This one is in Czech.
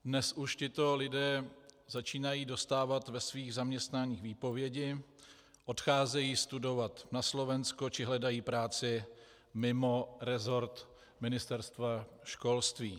Dnes už tito lidé začínají dostávat ve svých zaměstnáních výpovědi, odcházejí studovat na Slovensko či hledají práci mimo resort Ministerstva školství.